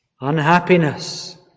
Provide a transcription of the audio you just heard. Unhappiness